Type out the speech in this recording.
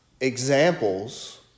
examples